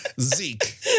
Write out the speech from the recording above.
Zeke